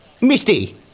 Misty